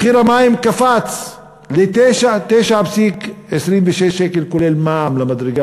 מחיר המים קפץ ל-9.26 שקל כולל מע"מ למדרגה